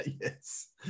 Yes